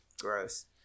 Gross